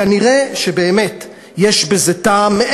כנראה באמת יש בזה טעם,